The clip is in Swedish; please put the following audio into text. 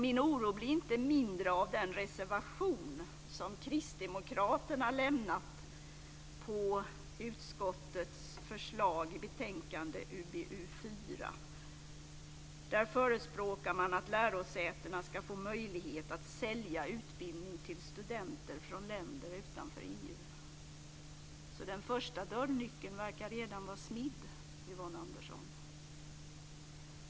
Min oro blir inte mindre av den reservation som Kristdemokraterna har lämnat till utskottets förslag i betänkande UbU4. Där förespråkar man att lärosätena ska få möjlighet att sälja utbildning till studenter från länder utanför EU. Den första dörrnyckeln verkar alltså redan vara smidd, Yvonne Andersson.